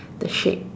the shape